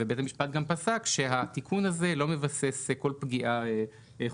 בית המשפט גם פסק שהתיקון הזה לא מבסס כל פגיעה חוקתית.